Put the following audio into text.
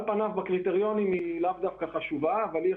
על פניו נראה שמדובר בחברה קטנה אבל דרך